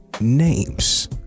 Names